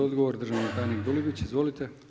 Odgovor državni tajnik Dulibić, izvolite.